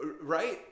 Right